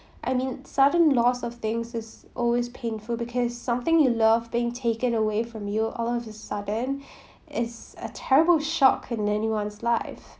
I mean sudden loss of things is always painful because something you love being taken away from you all of a sudden is a terrible shock in anyone's life